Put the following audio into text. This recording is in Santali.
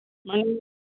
ᱢᱟᱹᱭ